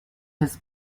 his